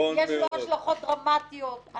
יש לו השלכות דרמטיות -- נכון מאוד.